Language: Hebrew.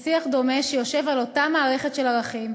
שיושב על אותה מערכת של ערכים,